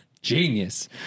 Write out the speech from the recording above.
genius